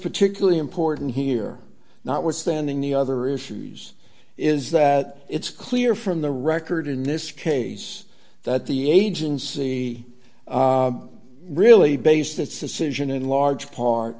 particularly important here notwithstanding the other issues is that it's clear from the record in this case that the agency really based its decision in large part